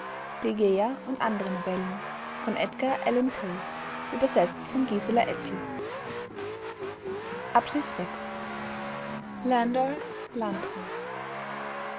und andere novellen übersetzt von gisela